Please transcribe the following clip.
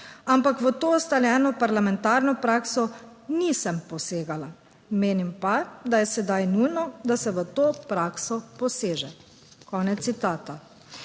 ampak, v to ustaljeno parlamentarno prakso nisem posegala. Menim pa, da je sedaj nujno, da se v to prakso poseže."